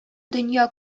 дөнья